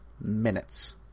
minutes